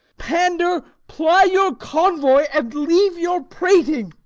pander, ply your convoy, and leave your prating.